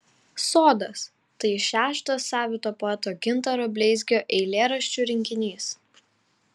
sodas tai šeštas savito poeto gintaro bleizgio eilėraščių rinkinys